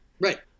Right